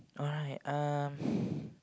alright um